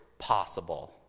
possible